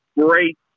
great